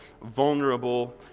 vulnerable